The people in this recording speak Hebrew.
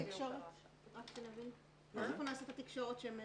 איפה נעשית התקשורת?